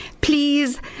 Please